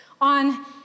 on